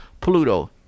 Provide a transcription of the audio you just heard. Pluto